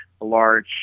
large